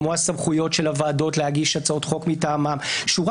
כמו הסמכויות של הוועדות להגיש הצעות חוק מטעמן שורה